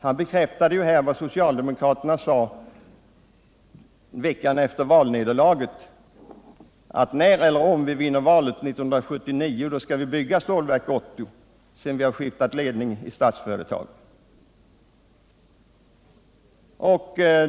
Han bekräftade här vad ledande socialdemokrater redan någon vecka efter sitt valnederlag sade, nämligen: När vi vinner valet 1979 skall vi bygga Stålverk 80, sedan vi också har skiftat ledningen i Statsföretag!